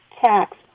tax